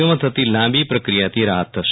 ઓ માં થતી લાંબી પ્રક્રિયાથી રાહત થશે